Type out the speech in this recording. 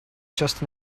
just